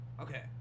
Okay